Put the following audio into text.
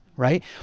right